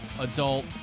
adult